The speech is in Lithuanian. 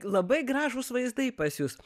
labai gražūs vaizdai pas jus